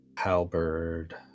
Halberd